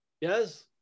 Yes